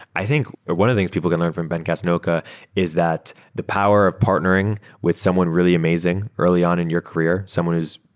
i think one of the things people can learn from ben casnocha is that the power of partnering with someone really amazing early on in your career, someone who's